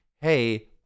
hey